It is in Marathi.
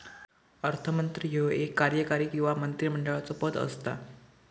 अर्थमंत्री ह्यो एक कार्यकारी किंवा मंत्रिमंडळाचो पद असता